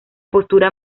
postura